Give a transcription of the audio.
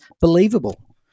believable